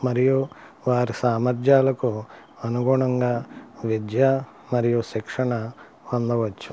మరియు వారి సామర్థ్యాలకు అనుగుణంగా విద్యా మరియు శిక్షణ పొందవచ్చు